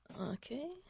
Okay